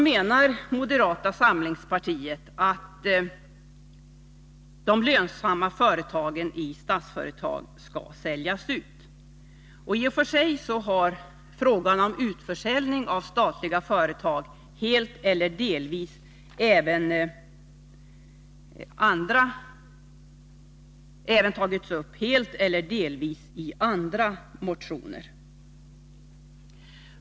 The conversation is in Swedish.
Moderata samlingspartiet menar alltså att de lönsamma företagen i Statsföretag skall säljas ut. Frågan om försäljning helt eller delvis av statliga företag har även tagits upp i motioner från andra partier.